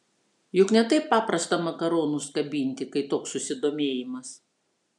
juk ne taip paprasta makaronus kabinti kai toks susidomėjimas